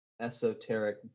esoteric